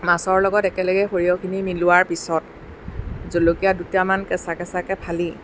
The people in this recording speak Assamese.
মাছৰ লগত একেলগে সৰিয়হখিনি মিলোৱাৰ পিছত জলকীয়া দুটামান কেঁচা কেঁচাকৈ ফালি